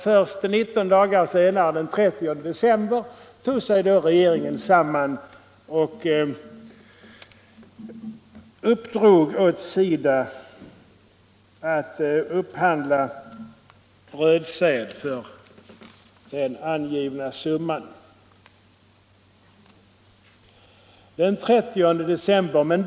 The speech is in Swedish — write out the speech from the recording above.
Först 18 dagar senare, den 30 december, tog sig regeringen samman och uppdrog åt SIDA att upphandla brödsäd för den angivna summan.